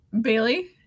Bailey